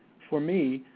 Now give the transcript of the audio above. for me,